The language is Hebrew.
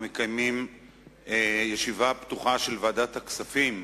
נקיים ישיבה פתוחה של ועדת הכספים,